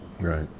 Right